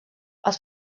els